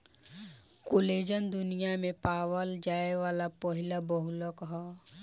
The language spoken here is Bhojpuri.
कोलेजन दुनिया में पावल जाये वाला पहिला बहुलक ह